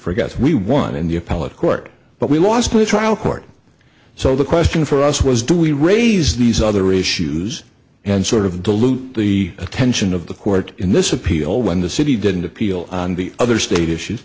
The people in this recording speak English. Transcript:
forgot we won in the appellate court but we lost play trial court so the question for us was do we raise these other issues and sort of dilute the attention of the court in this appeal when the city didn't appeal on the other state issues